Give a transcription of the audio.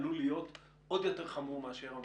עלול להיות עוד יותר חמור מאשר המגפה.